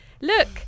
look